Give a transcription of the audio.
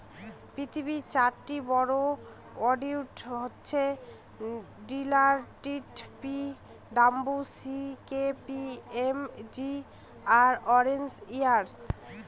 পৃথিবীর চারটি বড়ো অডিট হচ্ছে Deloitte P W C K P M G আর আর্নেস্ট ইয়ং